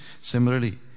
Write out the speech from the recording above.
similarly